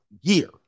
year